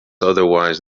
otherwise